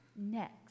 next